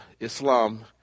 Islam